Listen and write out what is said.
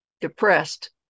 depressed